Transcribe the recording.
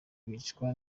bicwa